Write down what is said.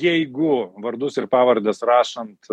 jeigu vardus ir pavardes rašant